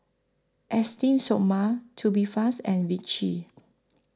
Esteem Stoma Tubifast and Vichy